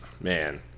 man